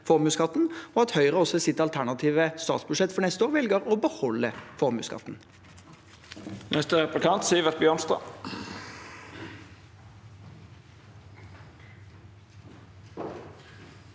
og at Høyre også i sitt alternative statsbudsjett for neste år velger å beholde den.